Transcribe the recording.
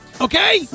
Okay